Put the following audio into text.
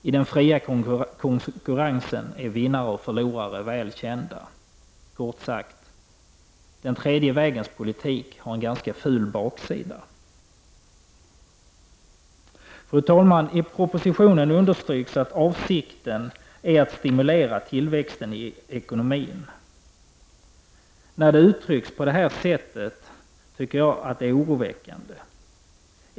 I den fria konkurrensen är vinnare och förlorare väl kända. Kort sagt: Den tredje vägens politik har en ganska ful baksida! Fru talman! I propositionen understryks att avsikten är att stimulera tillväxten i ekonomin. När det uttrycks på det sättet tycker jag att det är oroväckande.